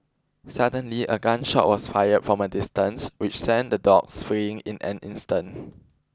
suddenly a gun shot was fired from a distance which sent the dogs fleeing in an instant